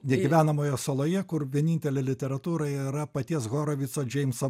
negyvenamoje saloje kur vienintelė literatūra yra paties horovico džeimso